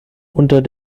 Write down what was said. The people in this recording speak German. unter